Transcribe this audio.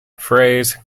phrase